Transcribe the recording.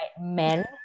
men